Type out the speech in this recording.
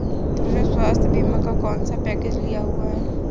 तुमने स्वास्थ्य बीमा का कौन सा पैकेज लिया हुआ है?